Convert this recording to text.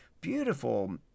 beautiful